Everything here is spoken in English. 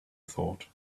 thought